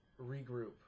regroup